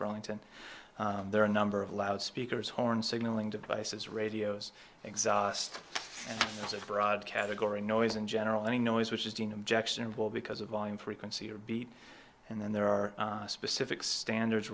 burlington there are a number of loud speakers horn signaling devices radios exhaust broad category noise in general any noise which is seen objectionable because of volume frequency or beat and then there are specific standards